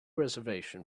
reservation